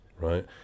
right